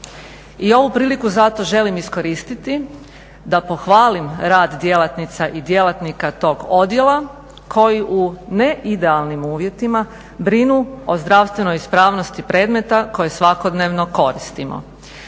I ovu priliku zato želim iskoristiti da pohvalim rad djelatnica i djelatnika tog odjela koji u ne idealnim uvjetima brinu o zdravstvenoj ispravnosti predmeta koje svakodnevno koristimo.